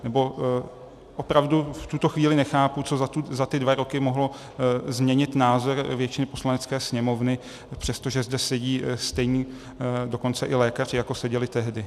Nebo opravdu v tuto chvíli nechápu, co za ty dva roky mohlo změnit názor většiny Poslanecké sněmovny, přestože zde sedí stejní dokonce i lékaři, jako seděli tehdy.